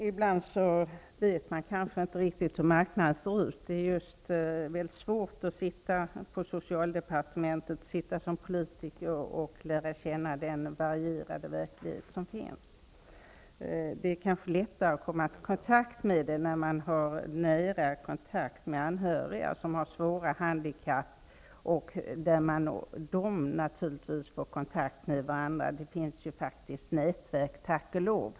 Herr talman! Ibland vet man kanske inte riktigt hur marknaden ser ut. Det är väldigt svårt att sitta som politiker på socialdepartementet och lära känna den varierade verklighet som finns. Det är kanske lättare att komma i kontakt med verkligheten när man har nära kontakt med anhöriga som har svåra handikapp och när dessa anhöriga dessutom har kontakt med andra handikappade -- det finns ju faktiskt närverk, tack och lov.